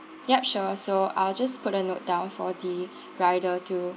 yup sure so I'll just put a note down for the rider to